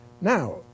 Now